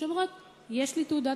שאומרות: יש לי תעודת